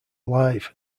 live